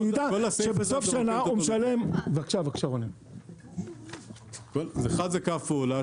הוא ידע שבסוף שנה הוא משלם --- אחד זה קו פעולה,